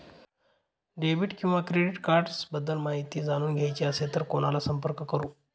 Debit किंवा credit cards बद्दल माहिती जाणून घ्यायची असेल तर कोणाला संपर्क करु?